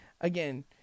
again